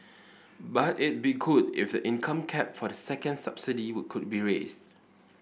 but it be good if the income cap for the second subsidy would could be raised